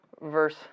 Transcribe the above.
verse